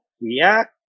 React